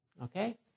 Okay